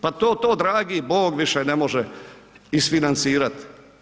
Pa to dragi bog više ne može isfinancirat.